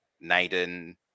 Naden